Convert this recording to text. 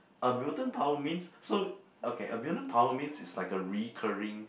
a mutant power means so okay a mutant power means is a recurring